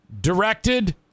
directed